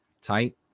tight